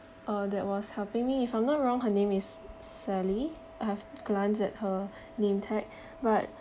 uh that was helping me if I'm not wrong her name is sa~ sally I have glanced at her name tag but